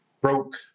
broke